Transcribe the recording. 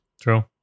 true